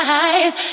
eyes